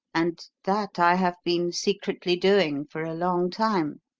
and that i have been secretly doing for a long time.